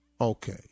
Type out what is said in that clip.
Okay